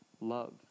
love